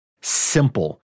simple